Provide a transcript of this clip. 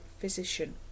physician